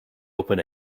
open